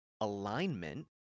alignment